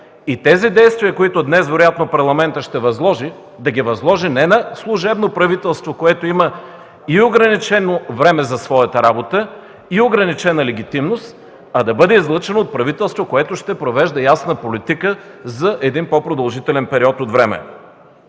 Тези действия, които вероятно Парламентът ще възложи днес, да ги възложи не на служебно правителство, което има и ограничено време за своята работа, и ограничена легитимност, а да бъде излъчено от правителство, което ще провежда ясна политика за един по-продължителен период от време.